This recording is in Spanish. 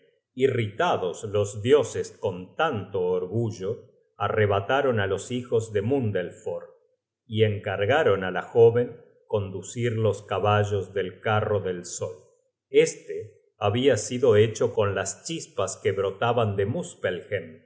irritados los dioses con tanto orgullo arrebataron á los hijos de mundelfoere y encargaron á la joven conducir los caballos del carro del sol este habia sido hecho con las chispas que brotaban de muspelhem y